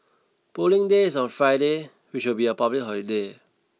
Polling Day is on Friday which will be a public holiday